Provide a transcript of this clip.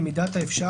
במידת האפשר,